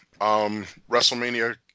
WrestleMania